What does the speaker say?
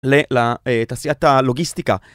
לתעשיית הלוגיסטיקה.